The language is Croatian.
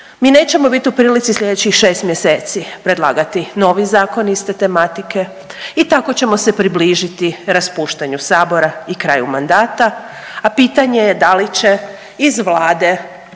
Mi nećemo bit u prilici sljedećih 6 mjeseci predlagati novi zakon iste tematike i tako ćemo se približiti raspuštanju Sabora i kraju mandata, a pitanje je da li će iz Vlade